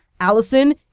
Allison